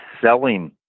selling